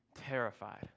terrified